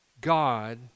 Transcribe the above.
God